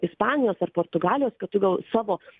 ispanijos ar portugalijos kad tu gal savo